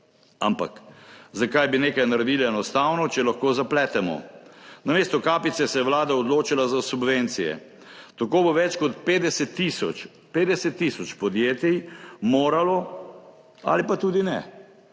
Ampak zakaj bi nekaj naredili enostavno, če lahko zapletemo? Namesto kapice se je Vlada odločila za subvencije. Tako bo več kot 50 tisoč podjetij moralo, ali pa tudi ne,